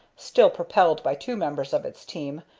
still propelled by two members of its team,